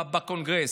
בקונגרס,